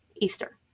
Easter